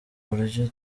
uburyo